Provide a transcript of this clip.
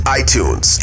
iTunes